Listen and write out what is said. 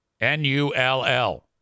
N-U-L-L